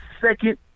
second